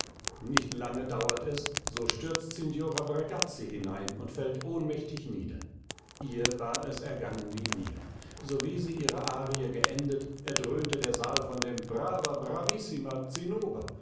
nicht lange dauert es so stürzt signora bragazzi hinein und fällt ohnmächtig nieder ihr war es ergangen wie mir sowie sie ihre arie geendet erdröhnte der saal von dem brava bravissima zinnober